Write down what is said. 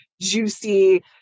juicy